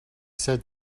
said